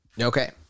Okay